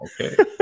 okay